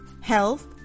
health